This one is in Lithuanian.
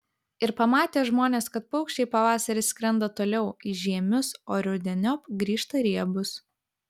ir pamatė žmonės kad paukščiai pavasarį skrenda toliau į žiemius o rudeniop grįžta riebūs